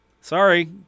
Sorry